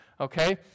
okay